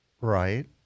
Right